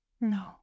no